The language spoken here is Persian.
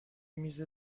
میز